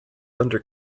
under